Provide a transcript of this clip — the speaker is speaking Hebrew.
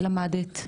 למדת,